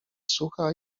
sucha